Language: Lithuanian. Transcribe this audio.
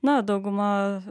na dauguma